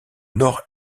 nord